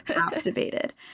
activated